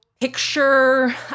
picture